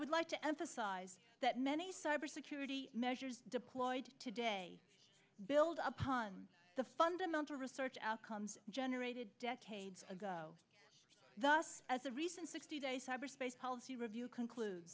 would like to emphasize that many cyber security measures deployed today build upon the fundamental research outcomes generated decades ago thus as a recent sixty day cyberspace policy review conclude